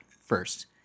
first